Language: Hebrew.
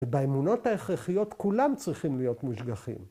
‫ובאמונות ההכרחיות ‫כולם צריכים להיות מושגחים.